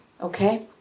Okay